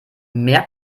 mehr